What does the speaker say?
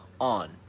on